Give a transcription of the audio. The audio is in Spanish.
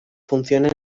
funciona